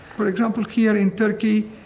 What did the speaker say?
for example, here in turkey,